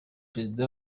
perezida